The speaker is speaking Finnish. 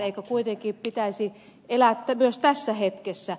eikö kuitenkin pitäisi elää myös tässä hetkessä